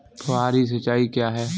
फुहारी सिंचाई क्या है?